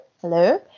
Hello